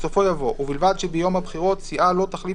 בסופו יבוא "ובלבד שביום הבחירות סיעה לא תחליף